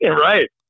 Right